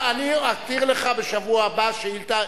אני אתיר לך בשבוע הבא שאילתא.